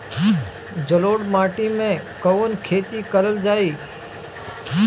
जलोढ़ माटी में कवन खेती करल जाई?